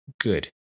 good